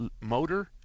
motor